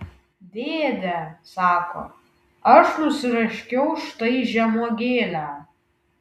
dėde sako aš nusiraškiau štai žemuogėlę